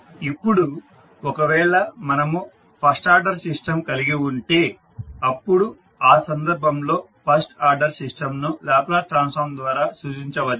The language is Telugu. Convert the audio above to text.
ఇప్పుడు ఒకవేళ మనము ఫస్ట్ ఆర్డర్ సిస్టం కలిగి ఉంటే అప్పుడు ఆ సందర్భంలో ఫస్ట్ ఆర్డర్ సిస్టంను లాప్లాస్ ట్రాన్స్ఫార్మ్ ద్వారా సూచించవచ్చు